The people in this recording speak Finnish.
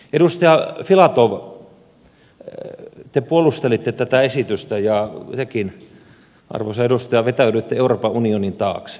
edustaja filatov te puolustelitte tätä esitystä ja tekin arvoisa edustaja vetäydyitte euroopan unionin taakse